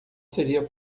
seria